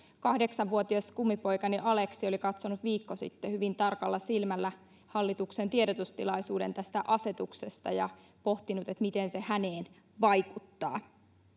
kahdeksan vuotias kummipoikani aleksi oli katsonut viikko sitten hyvin tarkalla silmällä hallituksen tiedotustilaisuuden tästä asetuksesta ja pohtinut miten se häneen vaikuttaa